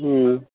हुँ